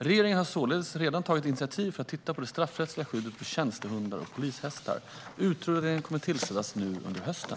Regeringen har således redan tagit initiativ för att titta på det straffrättsliga skyddet för tjänstehundar och polishästar. Utredningen kommer att tillsättas nu under hösten.